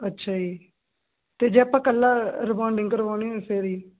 ਅੱਛਾ ਜੀ ਤੇ ਜੇ ਆਪਾਂ ਕੱਲਾ ਰਿਬੋਨਡਿੰਗ ਕਰਵੋਣੀ ਹੋਏ ਫੇਰ ਜੀ